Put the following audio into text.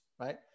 right